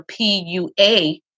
PUA